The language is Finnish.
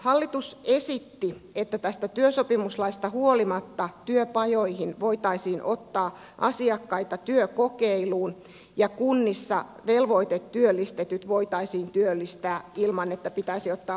hallitus esitti että tästä työsopimuslaista huolimatta työpajoihin voitaisiin ottaa asiakkaita työkokeiluun ja kunnissa velvoitetyöllistetyt voitaisiin työllistää ilman että pitäisi ottaa huomioon työsopimuslain edellytykset